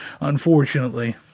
unfortunately